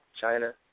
China